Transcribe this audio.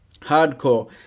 hardcore